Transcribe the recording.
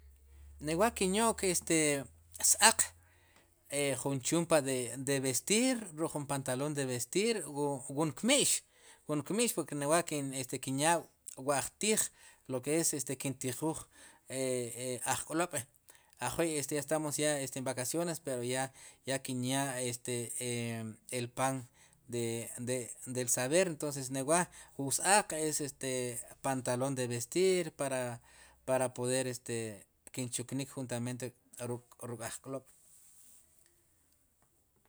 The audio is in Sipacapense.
Ri wa' kinyo'k s-aaq jun chumpa de vestir o jun pantaloon de vestir wun kmi'x, wunkmi 'x wa' kinyaa wu ajtiij loke es kintijuuj e ajk'lob' ajwi' ya estamos en vacaciones pero ya kin yaa este el pan de. de saber entonces li wa ri ws-aaq este pantalo'n de vestir para poder este kinchuknik juntamente ruk'ajk'lob'.